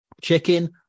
Chicken